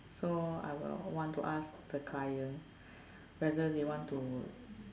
so I will want to ask the client whether they want to